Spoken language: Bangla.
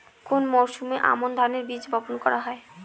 কোন মরশুমে আমন ধানের বীজ বপন করা হয়?